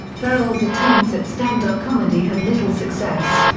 ferrell's attempts at standup comedy had little success.